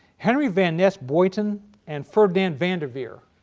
henry van ness boyton and ferdinand vanderveer.